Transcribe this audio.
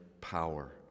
power